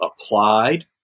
applied